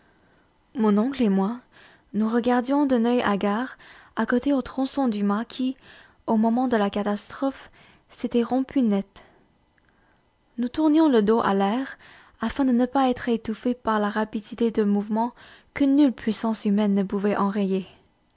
mon oncle et moi nous regardions d'un oeil hagard accotés au tronçon du mât qui au moment de la catastrophe s'était rompu net nous tournions le dos à l'air afin de ne pas être étouffés par la rapidité d'un mouvement que nulle puissance humaine ne pouvait enrayer